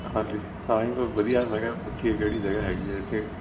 ਹਾਂਜੀ ਤਾਂ ਹੀ ਕੋਈ ਵਧੀਆ ਮੈਂ ਕਿਹਾ ਪੁੱਛੀਏ ਕਿਹੜੀ ਜਗ੍ਹਾ ਹੈਗੀ ਐਥੇ